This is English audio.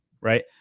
Right